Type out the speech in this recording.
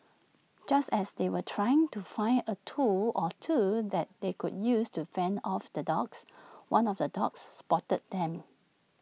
just as they were trying to find A tool or two that they could use to fend off the dogs one of the dogs spotted them